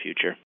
future